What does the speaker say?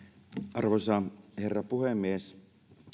arvoisa herra puhemies